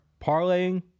parlaying